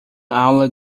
aula